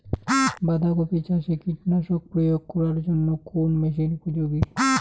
বাঁধা কপি চাষে কীটনাশক প্রয়োগ করার জন্য কোন মেশিন উপযোগী?